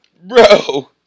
bro